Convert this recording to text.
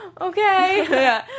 okay